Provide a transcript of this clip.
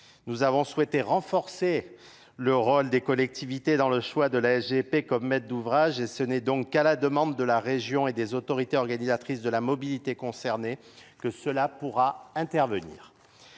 Nous avons souhaité renforcer le rôle des collectivités dans le choix de la Gp comme maître d'ouvrage, et ce n'est donc qu'à la demande de la région et des autorités organisatrices de la mobilité concernée de la mobilité